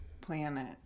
Planet